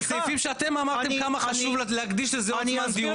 אלה סעיפים שאתם אמרתם כמה חשוב להקדיש להם עוד זמן דיונים.